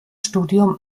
studium